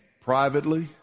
privately